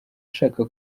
ashaka